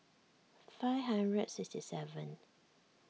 five hundred sixty seven